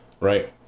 right